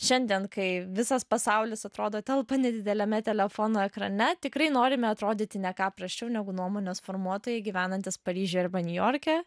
šiandien kai visas pasaulis atrodo telpa nedideliame telefono ekrane tikrai norime atrodyti ne ką prasčiau negu nuomonės formuotojai gyvenantys paryžiuje arba niujorke